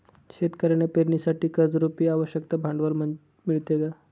शेतकऱ्यांना पेरणीसाठी कर्जरुपी आवश्यक भांडवल मिळते का?